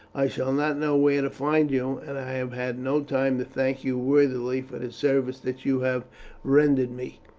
i shall not know where to find you, and i have had no time to thank you worthily for the service that you have rendered me.